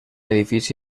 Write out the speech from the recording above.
edifici